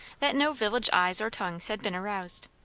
that no village eyes or tongues had been aroused.